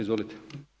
Izvolite.